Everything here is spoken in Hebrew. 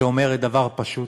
שאומרת דבר פשוט: